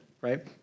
right